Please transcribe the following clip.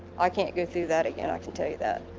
i can't go through that again, i can tell you that.